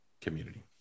community